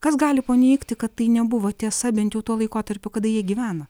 kas gali paneigti kad tai nebuvo tiesa bent jau tuo laikotarpiu kada jie gyveno